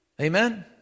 Amen